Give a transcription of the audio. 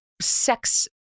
sex